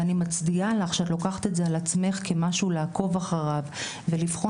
ואני מצדיעה לך שאת לוקחת את זה על עצמך כמשהו לעקוב אחריו ולבחון.